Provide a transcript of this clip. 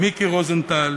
מיקי רוזנטל,